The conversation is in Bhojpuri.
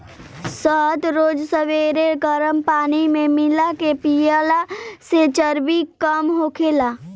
शहद रोज सबेरे गरम पानी में मिला के पियला से चर्बी कम होखेला